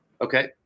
Okay